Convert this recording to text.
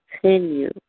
continue